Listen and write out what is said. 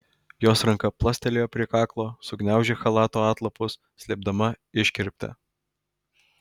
jos ranka plastelėjo prie kaklo sugniaužė chalato atlapus slėpdama iškirptę